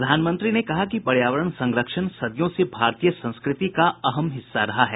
प्रधानमंत्री ने जोर देकर कहा कि पर्यावरण संरक्षण सदियों से भारतीय संस्कृति का अहम हिस्सा रहा है